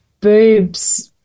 boobs